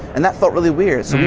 and that felt really weird. so,